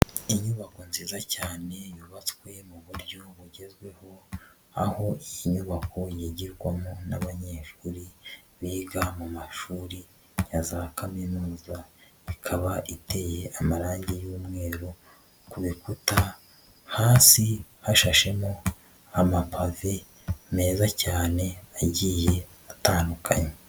Inyubako nziza cyane yubatswe mu buryo bugezweho aho inyubako yigirwarwamo n'abanyeshuri biga mu mashuri ya za Kaminuza, ikaba iteye amarangi y'umweru ku bikuta hasi hashashemo amapave meza cyane agiye atandukanye.